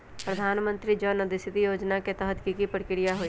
प्रधानमंत्री जन औषधि योजना के तहत की की प्रक्रिया होई?